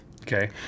Okay